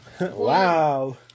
Wow